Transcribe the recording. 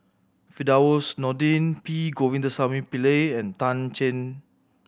Firdaus Nordin P Govindasamy Pillai and Tan Cheng Bock